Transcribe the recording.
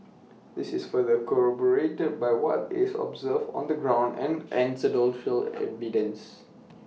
this is further corroborated by what is observed on the ground and evidence